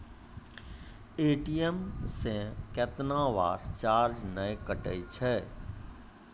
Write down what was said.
ATM से कैतना बार चार्ज नैय कटै छै?